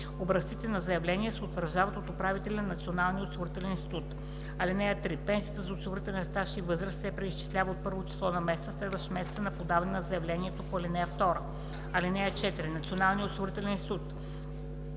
Образците на заявления се утвърждават от управителя на Националния осигурителен институт. (3) Пенсията за осигурителен стаж и възраст се преизчислява от първо число на месеца, следващ месеца на подаване на заявлението по ал. 2. (4) Националният осигурителен институт